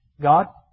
God